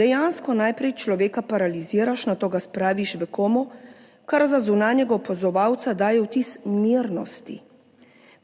Dejansko najprej človeka paraliziraš, nato ga spraviš v komo, kar za zunanjega opazovalca daje vtis mirnosti,